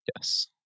Yes